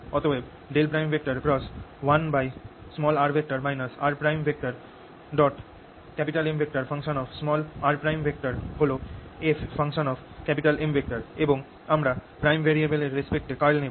অতএব ×1r rMr হল f এবং আমরা প্রাইম ভেরিএবল এর রেস্পেক্ট এ কার্ল নেব